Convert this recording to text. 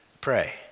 Pray